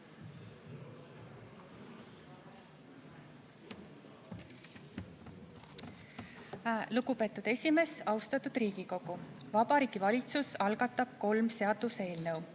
Lugupeetud esimees! Austatud Riigikogu! Vabariigi Valitsus algatab kolm seaduseelnõu.